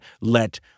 let